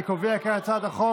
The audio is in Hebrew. אני קובע כי הצעת החוק